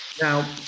Now